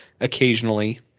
occasionally